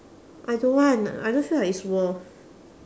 I don't want I don't feel like it's worth